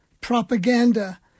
propaganda